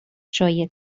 شایع